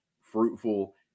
fruitful